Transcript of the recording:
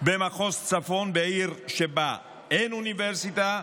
במחוז הצפון בעיר שבה אין אוניברסיטה,